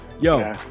Yo